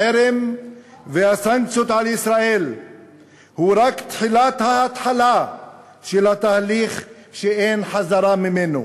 החרם והסנקציות על ישראל הם רק תחילת ההתחלה של התהליך שאין חזרה ממנו.